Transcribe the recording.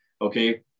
okay